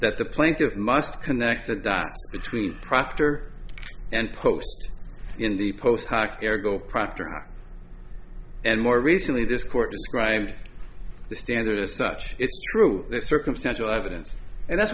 plaintiff must connect the dots between proctor and post in the post hoc error go proctor and more recently this court described the standard as such it's true there's circumstantial evidence and that's